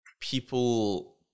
people